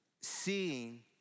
seeing